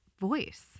voice